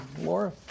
Laura